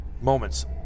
moments